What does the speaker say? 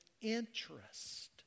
interest